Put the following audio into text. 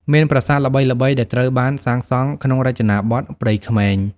មានប្រាសាទល្បីៗដែលត្រូវបានសាងសង់ក្នុងរចនាបថព្រៃក្មេង ។